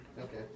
Okay